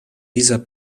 dieser